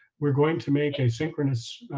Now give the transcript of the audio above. we're going to make a synchronous